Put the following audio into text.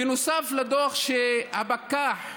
בנוסף לדוח שהפקח ירשום,